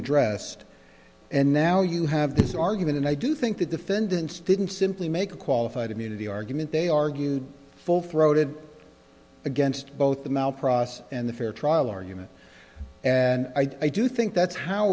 addressed and now you have this argument and i do think the defendants didn't simply make a qualified immunity argument they argued full throated against both the mouth process and the fair trial argument and i do think that's how